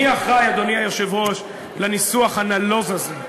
מי אחראי, אדוני היושב-ראש, לניסוח הנלוז הזה?